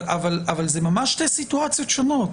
אבל זה ממש שתי סיטואציות שונות.